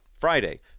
Friday